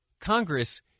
Congress